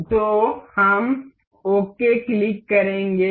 तो हम okay click करेंगे